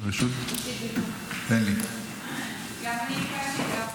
גם אני ביקשתי, גם